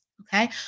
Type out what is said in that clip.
okay